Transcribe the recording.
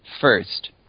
first